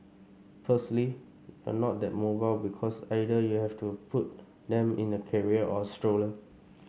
firstly you're not that mobile because either you have to put them in a carrier or a stroller